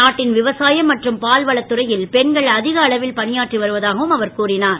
நாட்டின் விவசாயம் மற்றும் பால் வளத்துறையில் பெண்கள் அதிக அளவில் பணியாற்றி வருவதாகவும் அவர் கூறினார்